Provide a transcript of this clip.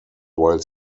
while